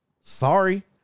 sorry